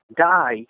die